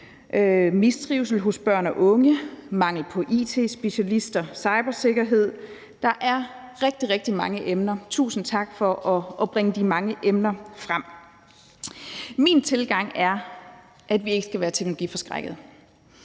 mistrivsel hos børn og unge, mangel på it-specialister, cybersikkerhed. Der er rigtig, rigtig mange emner. Tusind tak for at bringe de mange emner frem. Min tilgang er, at vi ikke skal være teknologiforskrækkede.